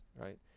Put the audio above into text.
right